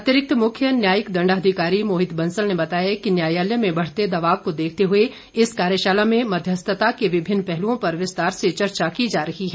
अतिरिक्त मुख्य न्यायिक दंडाधिकारी मोहित बंसल ने बताया कि न्यायालय में बढ़ते दबाव को देखते हुए इस कार्यशाला में मध्यस्थता के विभिन्न पहलुओं पर विस्तार से चर्चा की जा रही है